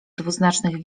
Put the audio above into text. dwuznacznych